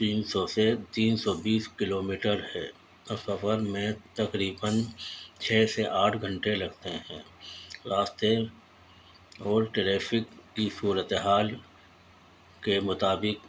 تین سو سے تین سو بیس کلو میٹر ہے اور سفر میں تقریباً چھ سے آٹھ گھنٹے لگتے ہیں راستے اور ٹریفک کی صورت حال کے مطابق